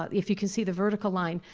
but if you can see the vertical line,